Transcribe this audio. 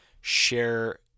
share